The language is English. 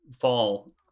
fall